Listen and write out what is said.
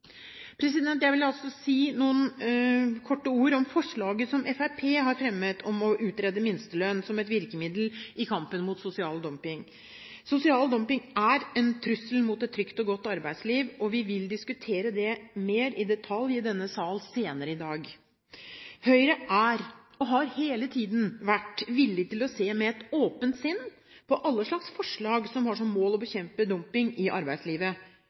Jeg vil også kort kommentere forslaget som Fremskrittspartiet har fremmet om å utrede minstelønn som et virkemiddel i kampen mot sosial dumping. Sosial dumping er en trussel mot et trygt og godt arbeidsliv, og vi vil diskutere det mer i detalj i denne sal senere i dag. Høyre er – og har hele tiden vært – villig til å se med et åpent sinn på alle slags forslag som har som mål å bekjempe dumping i arbeidslivet.